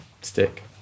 stick